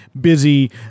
busy